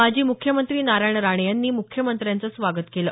माजी मुख्यमंत्री नारायण राणे यांनी मुख्यमंत्र्यांचं स्वागत केलं